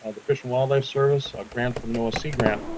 ah the fish and wildlife service, a grant from noaa sea grant.